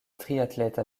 triathlète